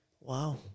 wow